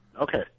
Okay